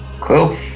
Cool